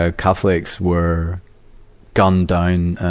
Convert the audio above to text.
ah catholics were gunned down, ah,